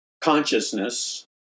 consciousness